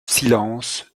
silence